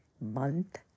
month